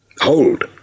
Hold